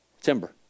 timber